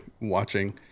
watching